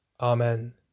Amen